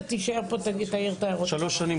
תישאר פה ותעיר את ההערות שלך.